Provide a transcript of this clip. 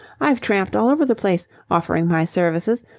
i've tramped all over the place, offering my services,